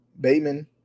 Bateman